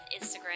Instagram